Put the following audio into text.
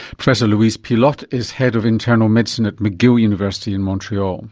professor louise pilote is head of internal medicine at mcgill university in montreal